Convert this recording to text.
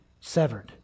severed